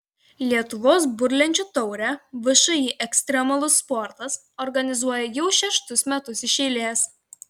lietuvos burlenčių taurę všį ekstremalus sportas organizuoja jau šeštus metus iš eilės